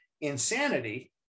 insanity